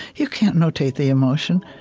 you can't notate the emotion.